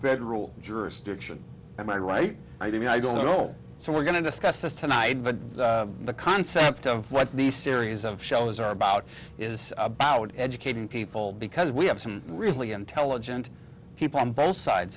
federal jurisdiction am i right i mean i don't know so we're going to discuss this tonight but the concept of what these series of shows are about is about educating people because we have some really intelligent people on both sides